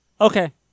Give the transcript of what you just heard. Okay